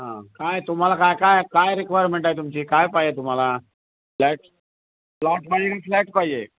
हां काय तुम्हाला काय काय काय रिक्वायरमेंट आहे तुमची काय पाहिजे तुम्हाला फ्लॅट प्लॉट पाहिजे की फ्लॅट पाहिजे